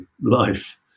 life